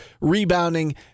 rebounding